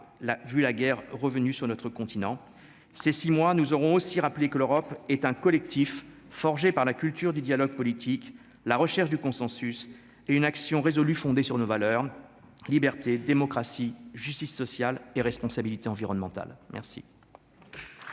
vu la guerre revenu sur notre continent ces six mois nous aurons aussi rappeler que l'Europe est un collectif, forgé par la culture du dialogue politique, la recherche du consensus et une action résolue fondée sur nos valeurs, liberté, démocratie, justice sociale et responsabilité environnementale, merci.